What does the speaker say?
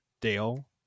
Dale